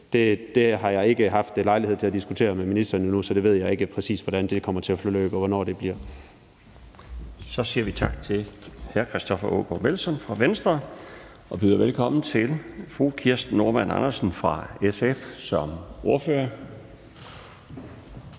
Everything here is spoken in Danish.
har jeg ikke haft lejlighed til at diskutere med ministeren endnu, så det ved jeg ikke præcis hvordan kommer til at forløbe, og hvornår det bliver. Kl. 16:49 Den fg. formand (Bjarne Laustsen): Vi siger tak til hr. Christoffer Aagaard Melson fra Venstre og byder velkommen til fru Kirsten Normann Andersen fra SF som ordfører.